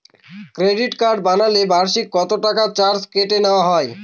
Credit card বানালে বার্ষিক কত টাকা চার্জ কেটে নেওয়া হবে?